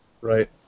right